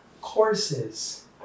courses